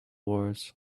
wars